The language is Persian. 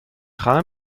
خواهم